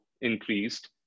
increased